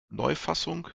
neufassung